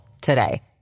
today